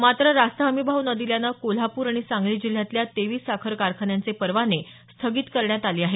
मात्र रास्त हमीभाव न दिल्यानं कोल्हापूर आणि सांगली जिल्ह्यातल्या तेवीस साखर कारखान्यांचे परवाने स्थगित करण्यात आले आहेत